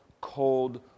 cold